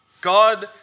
God